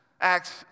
Acts